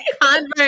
convert